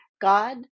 God